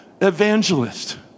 evangelist